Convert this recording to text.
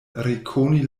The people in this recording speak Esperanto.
rekoni